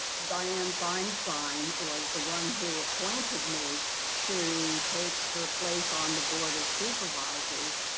dianne feinstein was the one who appointed me to take her place on the board of supervisors,